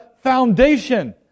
foundation